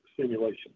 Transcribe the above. simulation